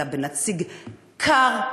אלא בנציג קר,